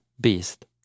beast